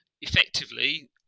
effectively